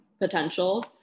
potential